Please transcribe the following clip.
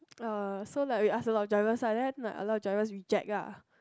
uh so like we ask a lot of drivers and then like a lot of driver reject ah